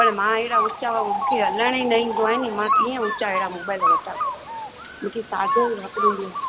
पर मां अहिड़ा उचा ऐं मूंखे हलाइणो न ईंदो आहे नी मां कीअं उचा अहिड़ा मोबाइल वठां मूंखे सादो ई वापरींदी आहियां